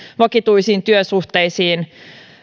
vakituisiin työsuhteisiin